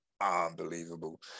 unbelievable